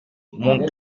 mon